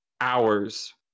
hours